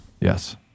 Yes